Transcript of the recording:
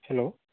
hello